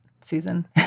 Susan